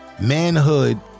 Manhood